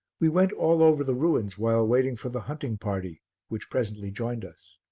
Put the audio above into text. we went all over the ruins while waiting for the hunting party which presently joined us.